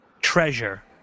treasure